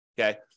okay